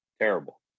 Terrible